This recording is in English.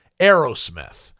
Aerosmith